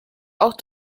auch